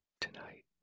tonight